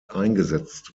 eingesetzt